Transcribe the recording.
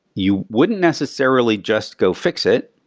you wouldn't necessarily just go fix it,